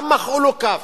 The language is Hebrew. גם מחאו לו כף.